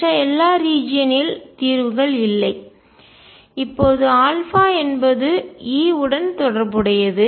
மற்ற எல்லா ரீஜியன் ல் பிராந்தியத்தில் தீர்வுகள் இல்லை இப்போது என்பது E உடன் தொடர்புடையது